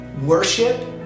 Worship